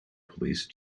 police